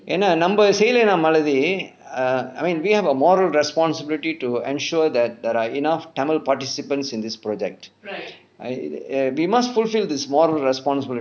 ஏனா நம்ம செய்யலைனா:aenaa namma seyyalainaa malathi err I mean we have a moral responsibility to ensure that there are enough tamil participants in this project I we must fulfill this moral responsibility